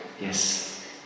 Yes